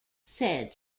said